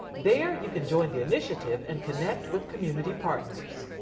there you can join the initiative and connect with community partners.